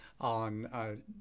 on